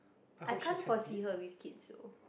I can't foresee her with kids so